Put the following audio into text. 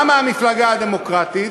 גם מהמפלגה הדמוקרטית,